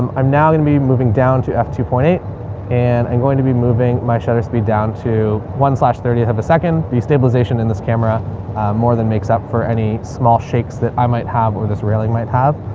um i'm now going to be moving down to f two point eight and i'm going to be moving my shutter speed down to one slash thirtieth of a second. the stabilization in this camera more than makes up for any small shakes that i might have or this really might have.